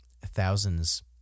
thousands